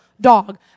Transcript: dog